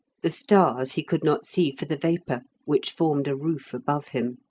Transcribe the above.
the stars he could not see for the vapour, which formed a roof above him.